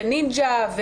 נינג'ה,